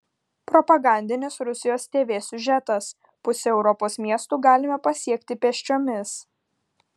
propagandinis rusijos tv siužetas pusę europos miestų galime pasiekti pėsčiomis